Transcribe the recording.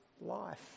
life